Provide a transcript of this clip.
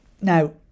Now